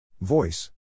Voice